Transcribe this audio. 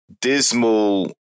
dismal